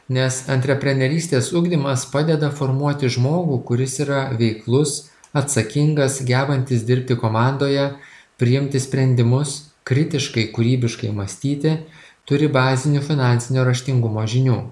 nes antreprenerystės ugdymas padeda formuoti žmogų kuris yra veiklus atsakingas gebantis dirbti komandoje priimti sprendimus kritiškai kūrybiškai mąstyti turi bazinį finansinio raštingumo žinių